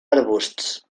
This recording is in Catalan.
arbusts